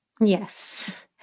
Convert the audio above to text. Yes